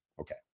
Okay